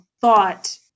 thought